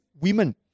women